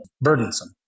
burdensome